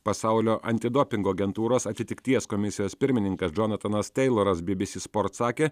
pasaulio antidopingo agentūros atitikties komisijos pirmininkas džonatanas teiloras bbc sport sakė